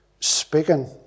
speaking